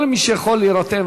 כל מי שיכול להירתם,